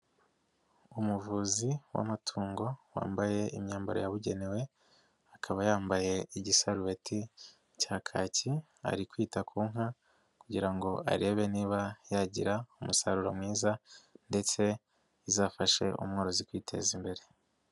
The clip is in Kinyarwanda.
Umuvuzi w'amatungo wambaye imyambaro yabugenewe, akaba yambaye igisarubeti cya kaki, ari kwita ku nka kugira ngo arebe niba yagira umusaruro mwiza ndetse izafashe umworozi kwiteza imbere.